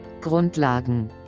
Grundlagen